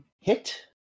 Hit